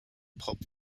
pop